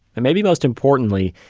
and maybe most importantly,